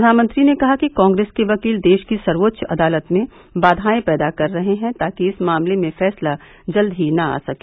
प्रधानमंत्री ने कहा कि कांग्रेस के वकील देश की सर्वोच्च अदालत में बाधाएं पैदा कर रहे हैं ताकि इस मामले में फैसला जल्द ही न आ सके